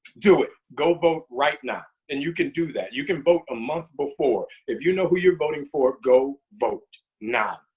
do it. go vote right now. and you can do that. you can vote a month before. if you know who you're voting for, go vote now.